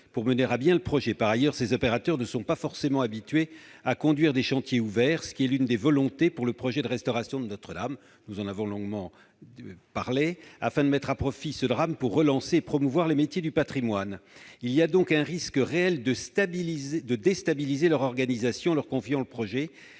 pour mener à bien le projet. Par ailleurs, ces opérateurs ne sont pas forcément habitués à conduire des chantiers ouverts, ce qui est l'une des volontés exprimées pour le projet de restauration de Notre-Dame- nous en avons longuement parlé -, afin de mettre à profit ce drame pour relancer et promouvoir les métiers du patrimoine. Il y a donc un vrai risque de déstabiliser leur organisation en leur confiant le projet,